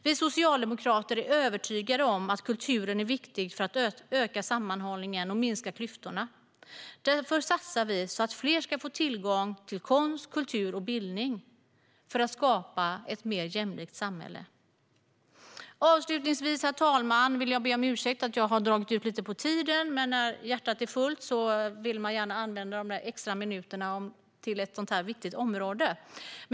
Vi socialdemokrater är övertygade om att kulturen är viktig för att öka sammanhållningen och minska klyftorna. Därför satsar vi på att fler ska få tillgång till konst, kultur och bildning. Detta gör vi för att skapa ett mer jämlikt samhälle. Avslutningsvis, herr talman, vill jag be om ursäkt för att jag har dragit ut lite på tiden. Men när hjärtat är fullt vill man gärna använda de extra minuterna. Det är ett sådant viktigt område.